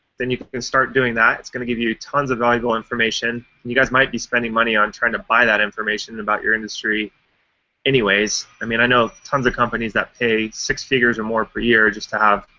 then you can start doing that. it's going to give you you tons of valuable information. you guys might be spending money on trying to buy that information about your industry anyway. i mean, i know tons of companies that pay six figures or more per year just to have